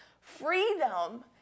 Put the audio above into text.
Freedom